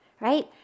right